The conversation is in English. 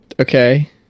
okay